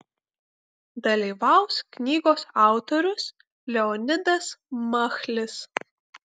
dalyvaus knygos autorius leonidas machlis